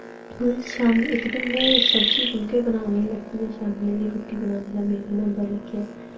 शामीं इक दिन में सब्जी फुल्के बनाने लगी आं शामीं आह्ली रुट्टी बनाने दा मेरा नंबर लग्गेआ